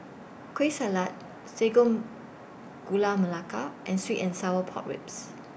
Kueh Salat Sago Gula Melaka and Sweet and Sour Pork Ribs